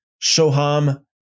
Shoham